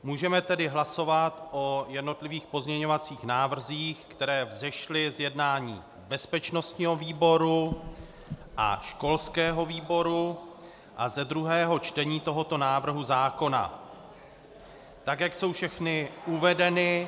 Můžeme tedy hlasovat o jednotlivých pozměňovacích návrzích, které vzešly z jednání bezpečnostního výboru a školského výboru a ze druhého čtení tohoto návrhu zákona, tak jak jsou všechny uvedeny